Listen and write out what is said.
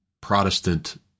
Protestant